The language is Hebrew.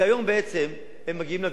היום, בעצם, הם מגיעים לגבול.